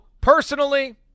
personally